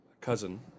cousin